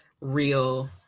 real